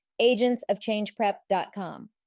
agentsofchangeprep.com